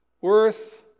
worth